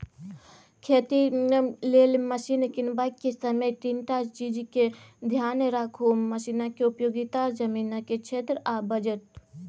खेती लेल मशीन कीनबाक समय तीनटा चीजकेँ धेआन राखु मशीनक उपयोगिता, जमीनक क्षेत्र आ बजट